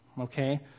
okay